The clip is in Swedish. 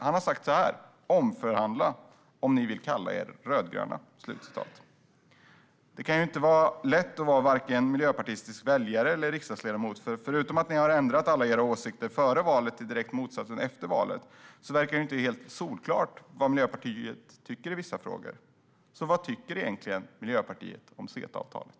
Han har sagt: Omförhandla om ni vill kalla er rödgröna. Det kan inte vara lätt att vara miljöpartistisk väljare eller riksdagsledamot. Förutom att ni har ändrat alla era åsikter före valet till det direkt motsatta efter valet verkar det inte helt solklart vad Miljöpartiet tycker i vissa frågor. Vad tycker egentligen Miljöpartiet om CETA-avtalet?